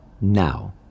Now